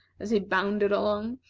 as he bounded along.